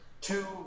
Two